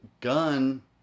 gun